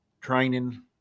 training